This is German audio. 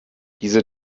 diese